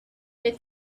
they